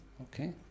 Okay